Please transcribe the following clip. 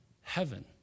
heaven